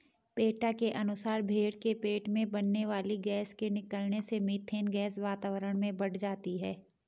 PETA के अनुसार भेंड़ के पेट में बनने वाली गैस के निकलने से मिथेन गैस वातावरण में बढ़ जाती है